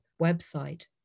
website